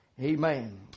Amen